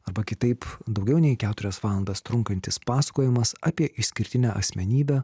arba kitaip daugiau nei keturias valandas trunkantis pasakojimas apie išskirtinę asmenybę